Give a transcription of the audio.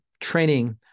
training